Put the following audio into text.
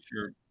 sure